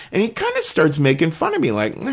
and he kind of starts making fun of me, like,